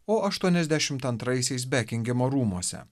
o aštuoniasdešimt antraisiais bekingemo rūmuose